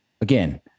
again